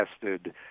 tested